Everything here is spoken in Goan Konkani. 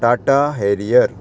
टाटा हॅरियर